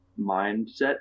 mindset